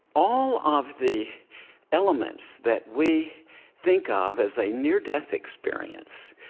all of the elements that we think of as a near-death experience,